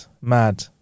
mad